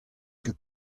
ket